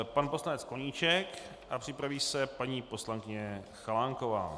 Pan poslanec Koníček, připraví se paní poslankyně Chalánková.